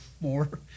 more